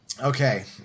okay